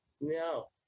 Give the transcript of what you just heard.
no